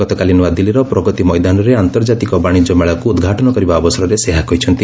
ଗତକାଲି ନୂଆଦିଲ୍ଲୀର ପ୍ରଗତି ମୈଦାନରେ ଆନ୍ତର୍ଜାତିକ ବାଣିଜ୍ୟ ମେଳାକୁ ଉଦ୍ଘାଟନ କରିବା ଅବସରରେ ସେ ଏହା କହିଛନ୍ତି